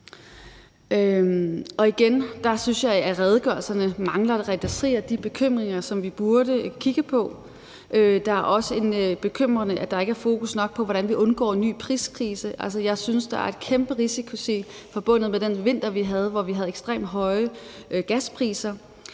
Igen synes jeg, at redegørelserne mangler at adressere de bekymringer, som vi burde kigge på. Der er også en bekymring om, at der ikke er fokus nok på, hvordan vi undgår en ny priskrise. Jeg synes, der er en kæmpe risiko forbundet med den vinter, vi havde, hvor vi havde ekstremt høje gaspriser.